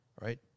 right